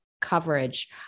coverage